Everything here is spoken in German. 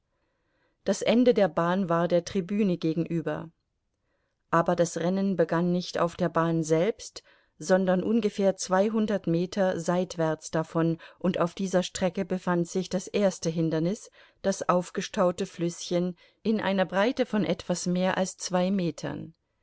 das ende der bahn war der tribüne gegenüber aber das rennen begann nicht auf der bahn selbst sondern ungefähr zweihundert meter seitwärts davon und auf dieser strecke befand sich das erste hindernis das aufgestaute flüßchen in einer breite von etwas mehr als zwei metern